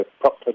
proper